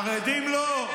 לחרדים לא.